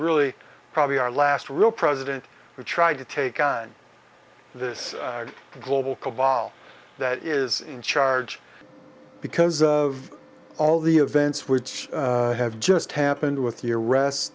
really probably our last real president who tried to take on this global cabal that is in charge because of all the events which have just happened with the arrest